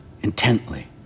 intently